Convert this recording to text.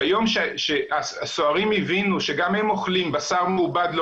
ביום שהסוהרים הבינו שגם הם אוכלים בשר מעובד לא